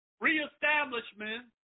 reestablishment